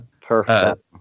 perfect